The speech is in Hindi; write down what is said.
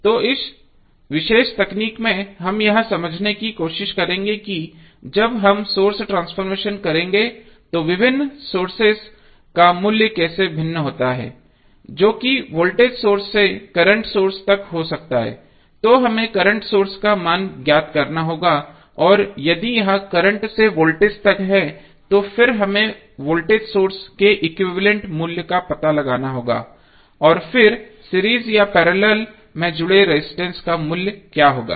तो इस विशेष तकनीक में हम यह समझने की कोशिश करेंगे कि जब हम सोर्स ट्रांसफॉर्मेशन करेंगे तो विभिन्न सोर्सेस का मूल्य कैसे भिन्न होता है जो कि वोल्टेज सोर्स से करंट सोर्स तक हो सकता है तो हमें करंट सोर्स का मान ज्ञात करना होगा और यदि यह कर्रेंट्स से वोल्टेज तक है फिर हमें वोल्टेज सोर्स के एक्विवैलेन्ट मूल्य का पता लगाना होगा और फिर सीरीज या पैरेलल में जुड़े रजिस्टेंस का मूल्य क्या होगा